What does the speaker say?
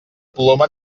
coloma